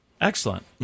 Excellent